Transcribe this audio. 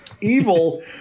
Evil